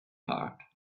part